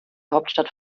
hauptstadt